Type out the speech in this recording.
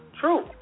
True